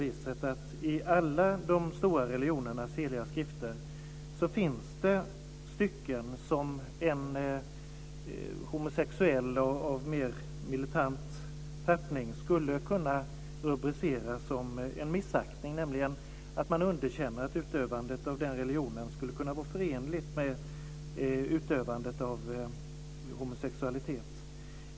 I alla de stora religionernas heliga skrifter finns det stycken som en homosexuell av mer militant tappning skulle kunna rubricera som missaktning. Man underkänner nämligen att utövandet av religionen skulle kunna vara förenligt med utövandet av homosexualitet.